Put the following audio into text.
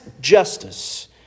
justice